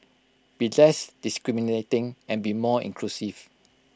be less discriminating and be more inclusive